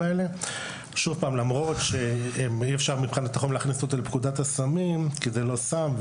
אי אפשר להכניס אותם לפקודת הסמים, כי זה לא סם.